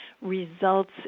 results